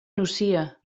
nucia